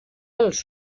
els